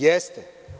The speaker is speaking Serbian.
Jeste.